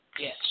Yes